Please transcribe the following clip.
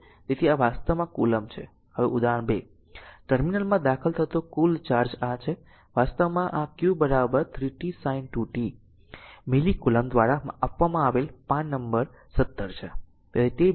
તેથી આ વાસ્તવમાં કૂલોમ્બ છે હવે ઉદાહરણ 2 ટર્મિનલમાં દાખલ થતો કુલ ચાર્જ આ છે વાસ્તવમાં આ q 3tsin 2t milli coulomb દ્વારા આપવામાં આવેલ પાન નંબર 17 છે